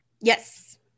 Yes